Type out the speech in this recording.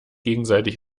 gegenseitig